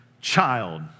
child